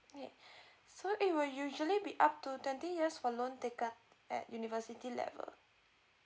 okay so it will usually be up to twenty years for loan taken at university level